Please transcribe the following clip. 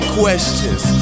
questions